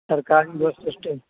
सरकारी bus stand